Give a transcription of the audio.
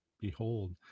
Behold